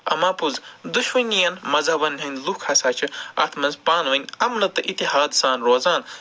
اَماپوٚز دۄشوٕنی یَن مزہبَن ۂنٛدۍ لُکھ ہسا چھِ اَتھ منٛز پانہٕ ؤنۍ اَمنہٕ تہِ اتحاد سان روزان